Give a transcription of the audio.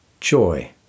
Joy